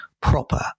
proper